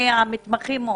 פרומן,